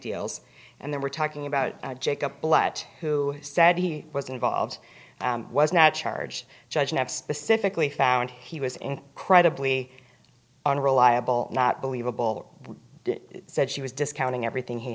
deals and they were talking about jake up who said he was involved was not charged judged have specifically found he was incredibly unreliable not believable said she was discounting everything he